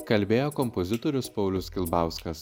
kalbėjo kompozitorius paulius kilbauskas